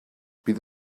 bydd